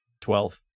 Twelve